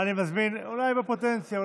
אני מזמין, בפוטנציה.